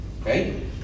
Okay